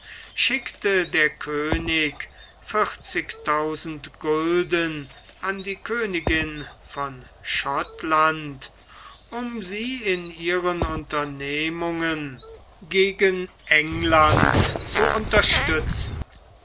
schickte der könig vierzigtausend goldgulden an die königin von schottland um sie in ihren unternehmungen gegen england zu unterstützen